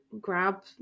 Grab